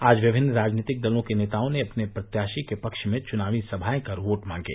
आज विभिन्न राजनीतिक दलों के नेताओं ने अपने प्रत्याशी के पक्ष में चुनावी सभायें कर वोट मांगे